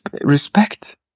respect